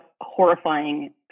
horrifying